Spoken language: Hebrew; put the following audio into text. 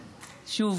שוב.